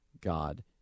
God